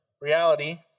reality